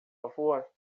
favor